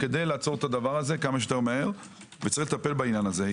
כדי לעצור את זה מה שיותר מהר ויש לטפל בעניין הזה.